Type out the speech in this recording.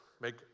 Make